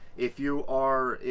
if you are.